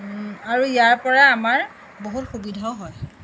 আৰু ইয়াৰ পৰা আমাৰ বহুত সুবিধাও হয়